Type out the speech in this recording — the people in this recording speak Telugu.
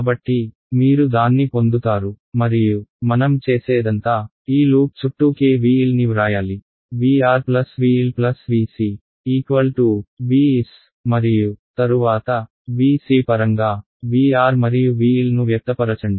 కాబట్టి మీరు దాన్ని పొందుతారు మరియు మనం చేసేదంతా ఈ లూప్ చుట్టూ KVL ని వ్రాయాలి VR VL VC VS మరియు తరువాత VC పరంగా VR మరియు VL ను వ్యక్తపరచండి